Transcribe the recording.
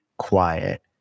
quiet